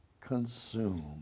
consume